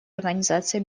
организации